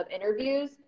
interviews